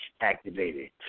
activated